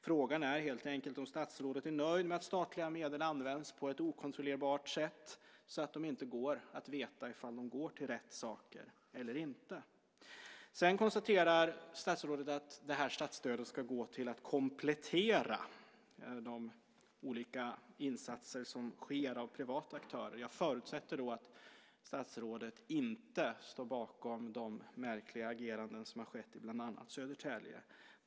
Frågan är helt enkelt om statsrådet är nöjd med att statliga medel använts på ett okontrollerbart sätt så att det inte går att veta ifall de går till rätt saker eller inte. Statsrådet konstaterar att statsstödet ska gå till att komplettera de olika insatser som görs av privata aktörer. Jag förutsätter att statsrådet inte står bakom de märkliga ageranden som har skett i bland annat Södertälje.